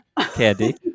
Candy